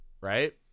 right